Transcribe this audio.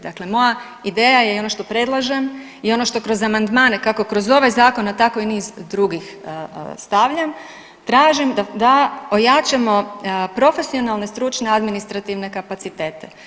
Dakle moja ideja je i ono što predlažem i ono što kroz amandmane kako kroz ovaj zakon, a tako i niz drugih stavljam tražim da ojačamo profesionalne stručne administrativne kapacitete.